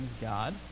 God